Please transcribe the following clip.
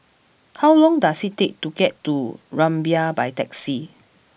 how long does it take to get to Rumbia by taxi